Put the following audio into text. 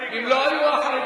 אם לא היו החרדים,